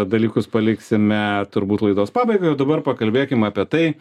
dalykus paliksime turbūt laidos pabaigai o dabar pakalbėkim apie tai